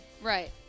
Right